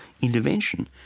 intervention